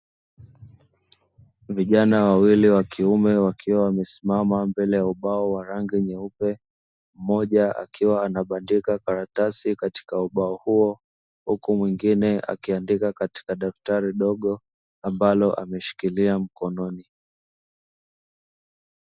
Vijana wawili wa kiume wakiwa wamesimama mbele ya ubao wenye rangi nyeupe, mmoja akiwa anabandika karatasi katika ubao huo, huku mwingine akiandika katika daftari dogo ambalo ameshikilia mkononi.